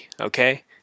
okay